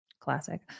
Classic